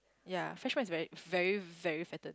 ya fresh milk is very very very fatted